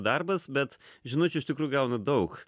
darbas bet žinučių iš tikrų gaunu daug